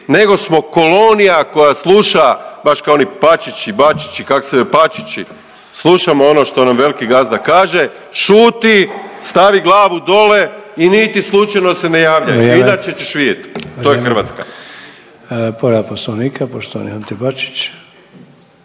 nego smo kolonija koja sluša, baš kao oni pačići, bačići, kak' se, pačići, slušamo ono što nam veliki gazda kaže. Šuti, stavi glavu dole i niti slučajno se ne javljaj .../Upadica: Vrijeme./... inače ćeš vidjet. To je Hrvatska. **Sanader, Ante